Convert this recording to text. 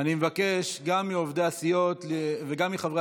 אני מבקש גם מעובדי הסיעות וגם מחברי